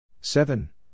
seven